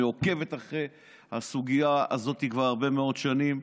היא עוקבת אחרי הסוגיה הזאת כבר הרבה מאוד שנים.